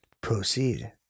Proceed